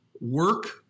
work